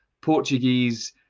Portuguese